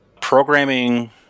programming